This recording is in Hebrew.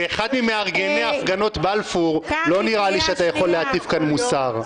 כאחד ממארגני הפגנות בלפור לא נראה לי שאתה יכול להטיף כאן מוסר.